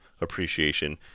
appreciation